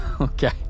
Okay